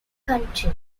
country